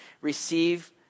receive